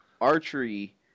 archery